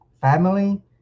family